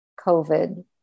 COVID